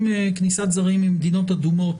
אם כניסת זרים ממדינות אדומות